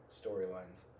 storylines